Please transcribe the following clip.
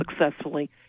successfully